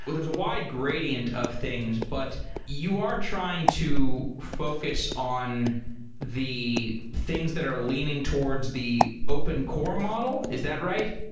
but there's a wide gradient of things, but you are trying to focus on the things that are leaning towards the opncore model. is that right?